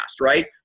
right